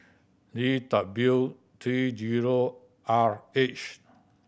D W three zero R H